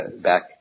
back